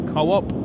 Co-op